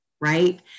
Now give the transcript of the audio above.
right